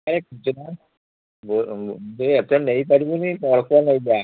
ଆରେ ଖୁଚୁରା ବେ ଏତେ ନେଇପାରିବୁନି ଅଳ୍ପ ନେଇଯା